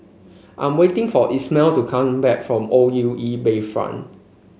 I'm waiting for Ismael to come back from O U E Bayfront